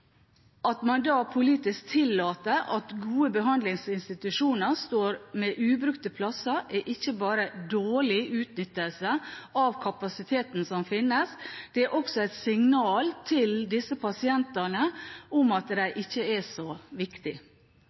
At man da politisk tillater at gode behandlingsinstitusjoner står med ubrukte plasser, er ikke bare dårlig utnyttelse av kapasiteten som finnes, det er også et signal til disse pasientene om at de ikke er så